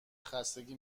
خستگی